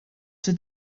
czy